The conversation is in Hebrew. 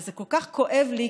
וזה כל כך כואב לי,